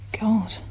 God